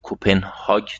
کپنهاک